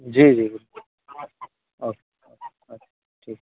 जी जी बिल्कुल okay okay ठीक